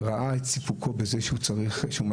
ראה את סיפוקו בזה שהוא מעסיק,